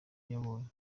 yabonye